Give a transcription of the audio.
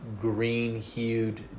green-hued